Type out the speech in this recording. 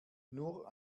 nur